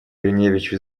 гриневичу